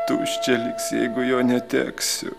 tuščia liks jeigu jo neteksiu